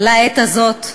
לעת הזאת,